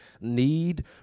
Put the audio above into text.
need